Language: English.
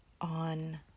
on